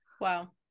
Wow